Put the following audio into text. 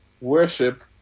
worship